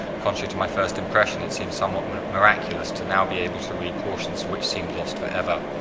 contrary to my first impression, it seems somewhat miraculous to now be able to read portions which seemed lost forever.